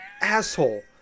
asshole